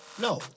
No